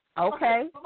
Okay